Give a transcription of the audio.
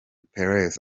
peres